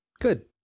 Good